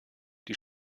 die